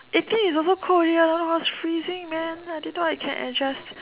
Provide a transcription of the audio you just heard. eighteen is also cold here I was freezing man I didn't know I can adjust